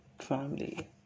family